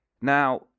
Now